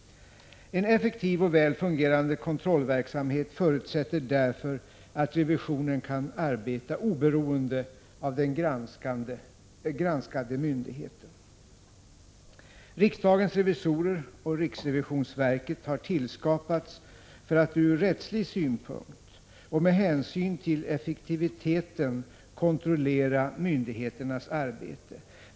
15 maj 1986 En effektiv och väl fungerande kontrollverksamhet förutsätter därför att revisionen kan arbeta oberoende av den granskade myndigheten. Riksdagens revisorer och riksrevisionsverket har tillskapats för att ur rättslig synpunkt och med hänsyn till effektiviteten kontrollera myndigheternas arbete.